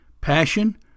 passion